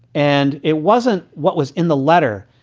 and it wasn't. what was in the letter?